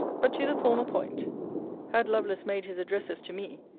but to the former point had lovelace made his addresses to me,